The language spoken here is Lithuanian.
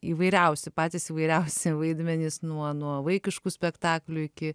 įvairiausi patys įvairiausi vaidmenys nuo nuo vaikiškų spektaklių iki